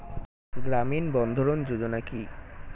গ্রামীণ বন্ধরন যোজনা কি?